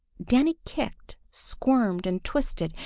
danny kicked, squirmed and twisted,